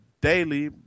daily